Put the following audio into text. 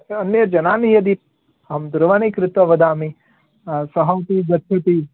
अन्य जनान् यदि अहं दूरवाणी कृत्वा वदामि अहं तु गच्छति